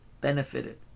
benefited